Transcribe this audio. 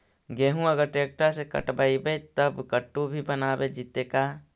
गेहूं अगर ट्रैक्टर से कटबइबै तब कटु भी बनाबे जितै का?